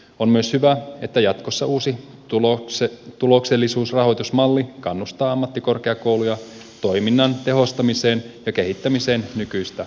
on myös hyvä että jatkossa uusi tuloksellisuusrahoitusmalli kannustaa ammattikorkeakouluja toiminnan tehostamiseen ja kehittämiseen nykyistä paremmin